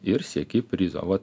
ir sieki prizo vat